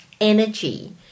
energy